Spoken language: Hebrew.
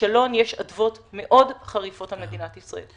לכישלון יש אדוות מאוד חריפות על מדינת ישראל.